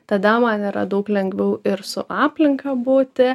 tada man yra daug lengviau ir su aplinka būti